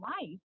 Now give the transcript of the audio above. life